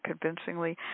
convincingly